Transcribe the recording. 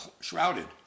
shrouded